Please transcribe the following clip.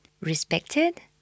respected